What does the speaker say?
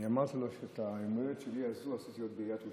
אני אמרתי לו שאת יום ההולדת שלי הזה עשיתי עוד בעיריית ירושלים,